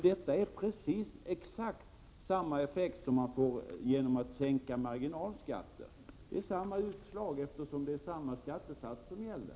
Detta är exakt samma effekt som man får genom att sänka marginalskatten. Det ger samma utslag, eftersom det är samma skattesatser det gäller.